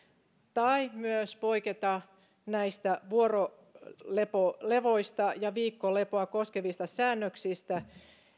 tai myös poiketa näistä vuorolevoista ja viikkolepoa koskevista säännöksistä